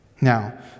Now